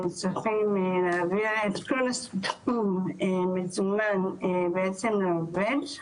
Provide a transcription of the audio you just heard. הם צריכים להביא את כל הסכום מזומן בעצם לעובד,